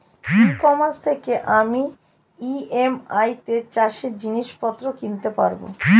ই commerce থেকে আমি EMI তে চাষে জিনিসপত্র কিনতে পারব?